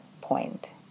point